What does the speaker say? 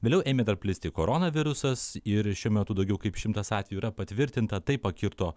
vėliau ėmė dar plisti koronavirusas ir šiuo metu daugiau kaip šimtas atvejų yra patvirtinta tai pakirto